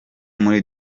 muri